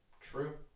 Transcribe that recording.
True